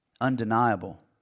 undeniable